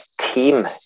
team